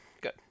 good